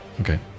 okay